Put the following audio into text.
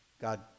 God